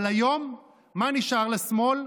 אבל היום, מה נשאר לשמאל?